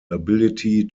ability